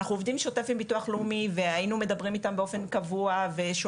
אנחנו עובדים באופן שוטף עם המוסד לביטוח